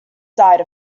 side